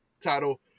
title